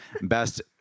best